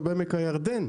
או בעמק הירדן,